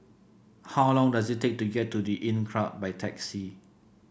how long does it take to get to The Inncrowd by taxi